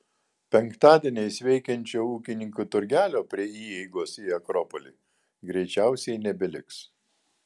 penktadieniais veikiančio ūkininkų turgelio prie įeigos į akropolį greičiausiai nebeliks